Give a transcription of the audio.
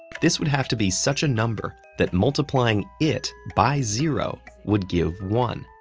this would have to be such a number that multiplying it by zero would give one.